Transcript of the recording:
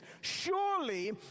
surely